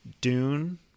Dune